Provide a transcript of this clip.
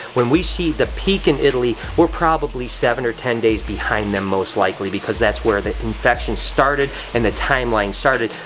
when we see the peak in italy, we're probably seven or ten days behind them most likely, because that's where the infection started and the timeline started.